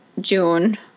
June